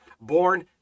Born